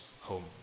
home